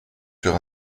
sur